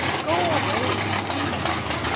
go away, please.